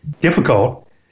difficult